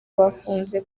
bafunze